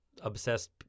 obsessed